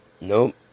Nope